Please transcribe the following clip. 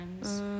friends